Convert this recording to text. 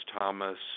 Thomas